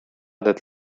del